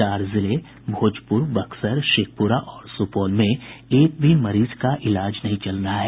चार जिले भोजपुर बक्सर शेखपुरा और सुपौल में एक भी मरीज का इलाज नहीं चल रहा है